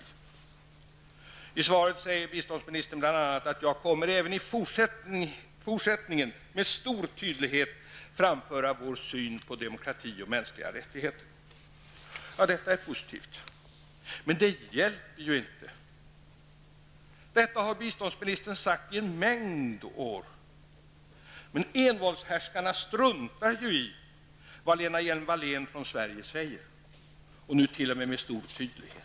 I sitt svar säger biståndsministern att hon även i fortsättningen med stor tydlighet kommer att framföra vår syn på demokrati och mänskliga rättigheter. Det är positivt, men det hjälper ju inte. Detta har biståndsministern sagt under en följd av år, men envåldshärskarna struntar i vad Lena Hjelm-Wallén från Sverige säger, även om hon nu framför sina synpunkter med stor tydlighet.